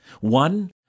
One